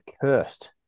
cursed